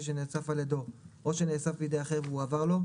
שנאסף על ידו או שנאסף בידי אחר והועבר לו,